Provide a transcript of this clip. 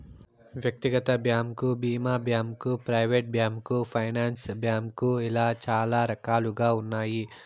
వ్యక్తిగత బ్యాంకు భీమా bank, private bank, finance bank ఇలా చాలా రకాలుగా ఉన్నాయి